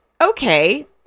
okay